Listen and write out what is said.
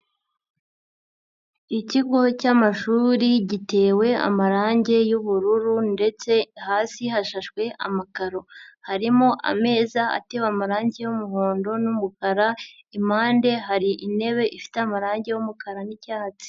Ikigo cy'amashuri gitewe amarange y'ubururu ndetse hasi hashashwe amakaro, harimo ameza atewe amarange y'umuhondo n'umukara, impande hari intebe ifite amarange y'umukara n'icyatsi.